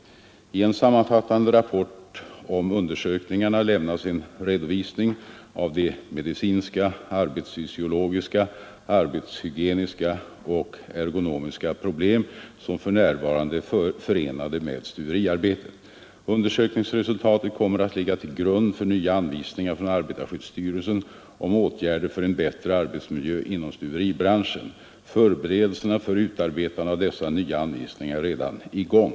I en sammanfattande rapport om undersökningarna lämnas en redovisning av de medicinska, arbetsfysiologiska, arbetshygieniska och ergonomiska problem som för närvarande är förenade med stuveriarbetet. Undersökningsresultaten kommer att ligga till grund för nya anvisningar från arbetarskyddsstyrelsen om åtgärder för en bättre arbetsmiljö inom stuveribranschen. Förberedelserna för utarbetande av dessa nya anvisningar är redan i gång.